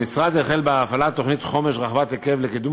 המשרד החל בהפעלת תוכנית חומש רחבת היקף לקידום